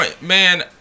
Man